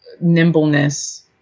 nimbleness